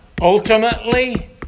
Ultimately